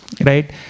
right